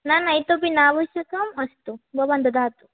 न न इतोऽपि न आवश्यकम् अस्तु भवान् ददातु